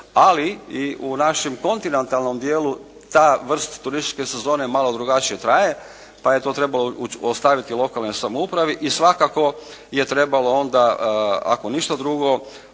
ali i u našem kontinentalnom dijelu ta vrst turističke sezone malo drugačije traje pa je to trebalo ostaviti lokalnoj samoupravi i svakako je trebalo onda ako ništa drugo